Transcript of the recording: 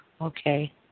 Okay